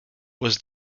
was